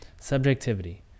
Subjectivity